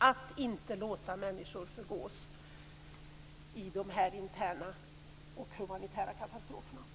Vi får inte låta människor förgås i de interna och humanitära katastroferna.